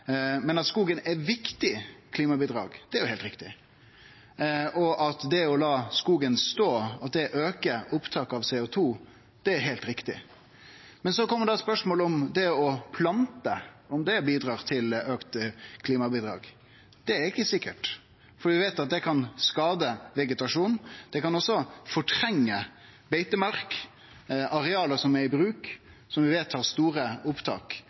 Men at skogen er eit viktig klimabidrag, er heilt riktig, og at det å la skogen stå aukar opptaket av CO 2 , er òg heilt riktig. Men så kjem spørsmålet om det å plante aukar klimabidraget. Det er ikkje sikkert, for vi veit at det kan skade vegetasjonen. Det kan også fortrengje beitemark og areal som er i bruk, som vi veit har store opptak.